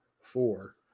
Four